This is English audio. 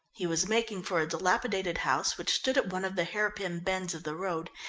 he was making for a dilapidated house which stood at one of the hairpin bends of the road,